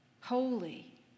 holy